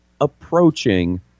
approaching